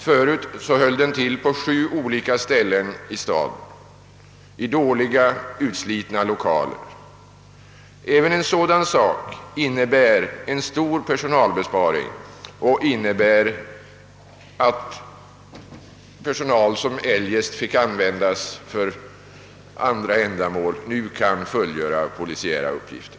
Förut höll den till på sju olika ställen i staden. Den hade dåliga utslitna lokaler. Även en sådan sak innebär en stor personalbesparing och medför även att personal, som eliest fick användas för andra ändamål, nu kan fullgöra polisiära uppgifter.